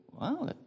Wow